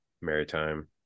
Maritime